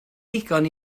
ddigon